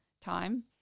time